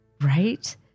right